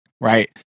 right